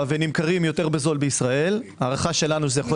ונמכרים יותר בזול בישראל ההערכה שלנו שזה יכול